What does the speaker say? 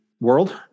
world